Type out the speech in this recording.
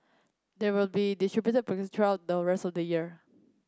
they will be distributed progressive throughout the rest of the year